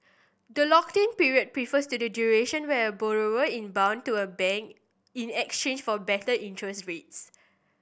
the lock in period refers to the duration where a borrower in bound to a bank in exchange for better interest rates